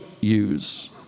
use